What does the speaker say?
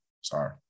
Sorry